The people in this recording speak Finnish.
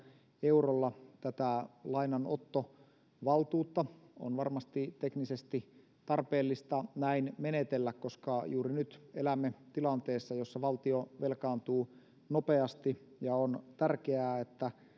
eurolla lainanottovaltuutta on varmasti teknisesti tarpeellista näin menetellä koska juuri nyt elämme tilanteessa jossa valtio velkaantuu nopeasti ja on tärkeää että